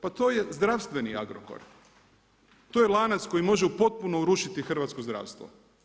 Pa to je zdravstveni Agrokor, to je lanac koji može potpuno urušiti hrvatsko zdravstvo.